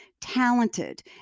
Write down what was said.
talented